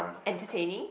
entertaining